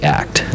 act